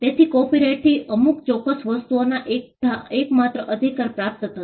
તેથી કોપીરાઇટથી અમુક ચોક્કસ વસ્તુઓનો એકમાત્ર અધિકાર પ્રાપ્ત થશે